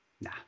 nah